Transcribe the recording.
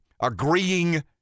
agreeing